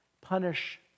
punish